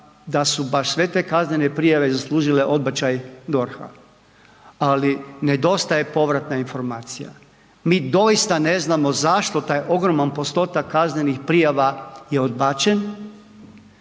da su baš sve te kaznene prijave zaslužile odbačaj DORH-a, ali nedostaje povratna informacija. Mi doista ne znamo zašto taj ogroman postotak kaznenih prijava je odbačen